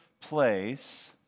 place